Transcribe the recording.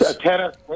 Tennis